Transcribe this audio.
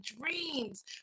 dreams